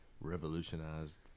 Revolutionized